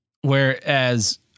whereas